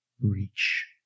Reach